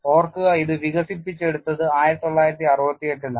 ഓർക്കുക ഇത് വികസിപ്പിച്ചെടുത്തത് 1968 ലാണ്